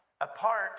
apart